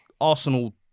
Arsenal